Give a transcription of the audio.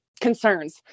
concerns